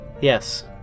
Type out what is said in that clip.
Yes